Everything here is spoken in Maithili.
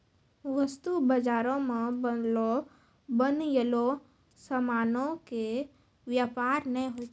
वस्तु बजारो मे बनलो बनयलो समानो के व्यापार नै होय छै